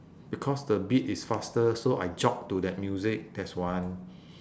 because the beat is faster so I jog to that music that's one